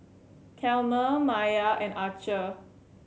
Chalmer Mya and Archer